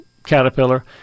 caterpillar